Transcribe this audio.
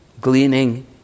gleaning